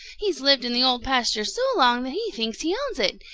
he's lived in the old pasture so long that he thinks he owns it.